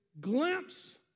glimpse